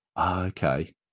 Okay